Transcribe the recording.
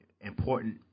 important